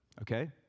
Okay